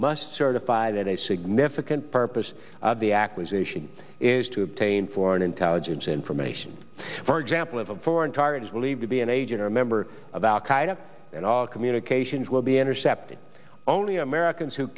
must certify that a significant purpose of the acquisition is to obtain foreign intelligence information for example of a foreign target is believed to be an agent or a member of al qaida and all communications will be intercepted only americans who